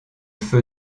feu